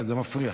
זה מפריע.